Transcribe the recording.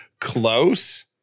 close